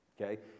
okay